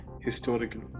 Historical